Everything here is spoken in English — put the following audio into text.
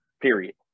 period